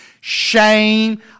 shame